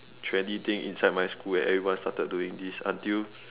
trendy thing inside my school and everyone started doing this until